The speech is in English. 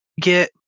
get